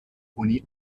uni